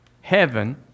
heaven